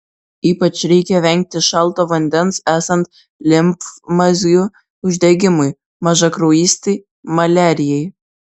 ypač reikia vengti šalto vandens esant limfmazgių uždegimui mažakraujystei maliarijai